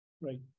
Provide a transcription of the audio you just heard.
right